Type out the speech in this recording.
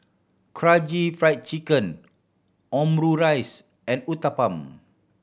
Karaage Fried Chicken Omurice and Uthapam